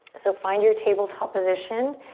so find your tabletop position.